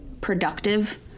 productive